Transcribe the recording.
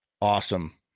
Awesome